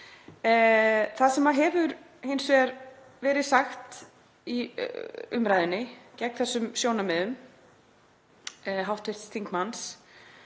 Það sem hefur hins vegar verið sagt í umræðunni gegn þessum sjónarmiðum hv. þingmanns